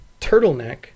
turtleneck